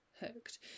hooked